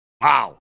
Wow